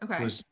Okay